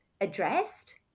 addressed